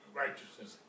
righteousness